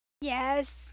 Yes